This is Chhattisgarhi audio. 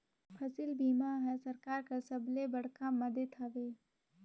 फसिल बीमा हर सरकार कर सबले बड़खा मदेत हवे